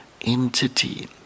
entity